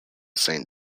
saint